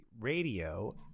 radio